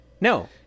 no